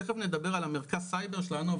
תיכף נדבר על מרכז הסייבר שלנו,